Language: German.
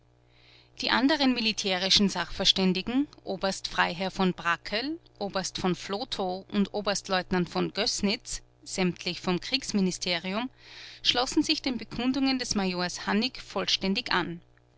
die anderen militärischen sachverständigen oberst freiherr v brackel oberst v flotho und oberstleutnant v gößnitz sämtlich vom kriegsministerium schlossen sich den bekundungen des majors hannig vollständig an